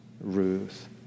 Ruth